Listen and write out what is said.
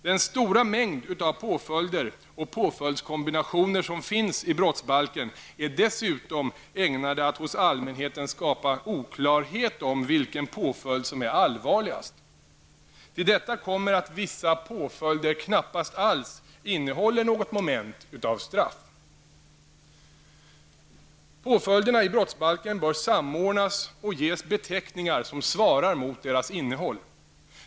Den stora mängd av påföljder och påföljdskombinationer som finns i brottsbalken är dessutom ägnade att hos allmänheten skapa oklarhet om vilken påföljd som är allvarligast. Till detta kommer att vissa påföljder knappast alls innehåller något moment av straff. Påföljderna i brottsbalken bör samordnas och ges beteckningar som svarar mot deras innehåll.